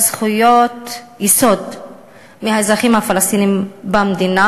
זכויות יסוד מהאזרחים הפלסטינים במדינה.